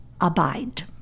abide